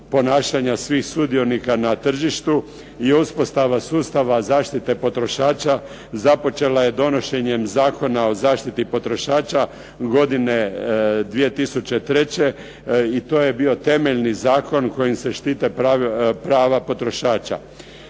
ponašanja svih sudionika na tržištu je uspostava sustava zaštite potrošača započela je donošenjem Zakona o zaštiti potrošača godine 2003. i to je bio temeljni zakon kojim se štite prava potrošača.